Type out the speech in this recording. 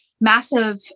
massive